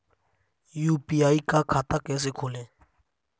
UPI का खाता कैसे खोलें?